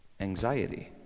anxiety